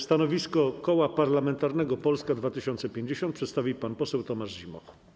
Stanowisko Koła Parlamentarnego Polska 2050 przedstawi pan poseł Tomasz Zimoch.